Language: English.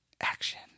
action